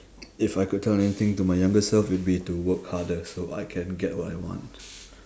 if I could tell anything to my younger self it'll be to work harder so I can get what I want